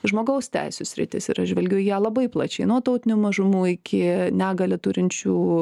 žmogaus teisių sritis ir aš žvelgiu į ją labai plačiai nuo tautinių mažumų iki negalią turinčių